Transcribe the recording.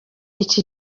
iki